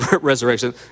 resurrection